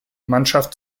mannschaft